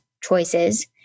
choices